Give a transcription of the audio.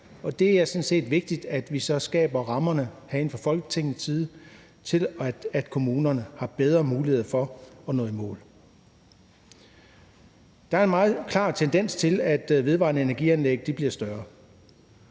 set vigtigt, at vi herinde fra Folketingets side så skaber rammerne for, at kommunerne har bedre mulighed for at nå i mål. Der er en meget klar tendens til, at vedvarende energi-anlæg bliver større.